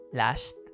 last